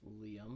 Liam